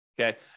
Okay